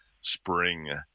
spring